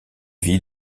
vit